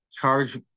charge